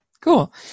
Cool